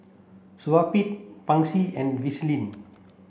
Supravit Pansy and Vaselin